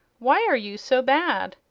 why are you so bad?